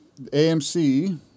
AMC